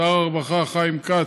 שר הרווחה חיים כץ,